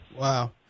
Wow